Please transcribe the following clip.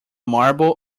marble